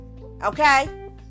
Okay